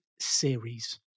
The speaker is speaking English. series